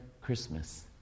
Christmas